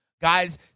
Guys